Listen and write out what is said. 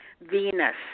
Venus